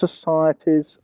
societies